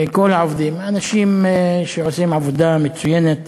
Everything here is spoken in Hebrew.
כל העובדים, אנשים שעושים עבודה מצוינת.